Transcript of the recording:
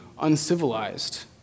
uncivilized